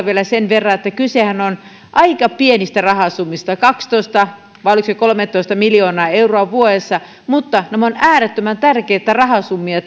vielä sen verran että kysehän on aika pienistä rahasummista kaksitoista vai oliko se kolmetoista miljoonaa euroa vuodessa mutta nämä ovat äärettömän tärkeitä rahasummia